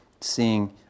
seeing